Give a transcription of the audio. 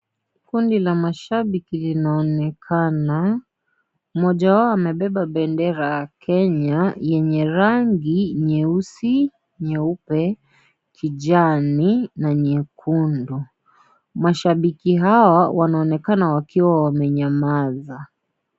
Kundi la mashabiki linaonekana mmoja wao amebeba bendera ya Kenya yenye rangi nyeusi, nyeupe, kijani na nyekundu mashabiki hawa wanaonekana wakiwa wamenyamaza.